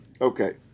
Okay